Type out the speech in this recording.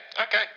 okay